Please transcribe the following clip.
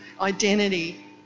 identity